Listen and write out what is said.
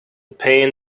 pain